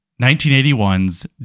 1981's